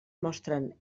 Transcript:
mostren